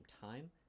time